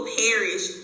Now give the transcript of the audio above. perish